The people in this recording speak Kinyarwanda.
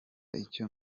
icyo